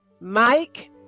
Mike